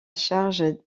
charge